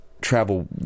travel